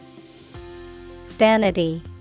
Vanity